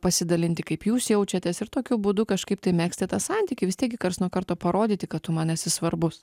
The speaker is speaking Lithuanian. pasidalinti kaip jūs jaučiatės ir tokiu būdu kažkaip tai megzti tą santykį vis tiekgi karts nuo karto parodyti kad tu man esi svarbus